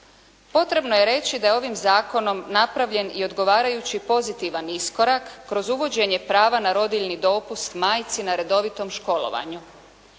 Potrebno je reći da je ovim zakonom napravljen i odgovarajući pozitivan iskorak kroz uvođenje prava na rodiljni dopust majci na redovitom školovanju